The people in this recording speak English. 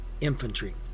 Infantry